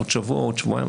בעוד שבוע או שבועיים,